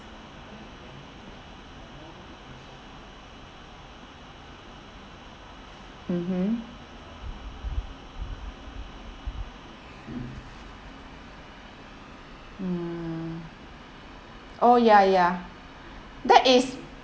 mmhmm mm oh ya ya that is